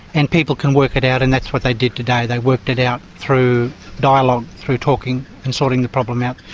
and people can work it out and that's what they did today they worked it out through dialogue, through talking and sorting the problem out.